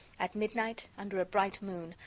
at midnight, under a bright moon,